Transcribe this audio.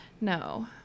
No